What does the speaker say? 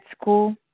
school